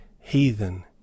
heathen